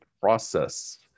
process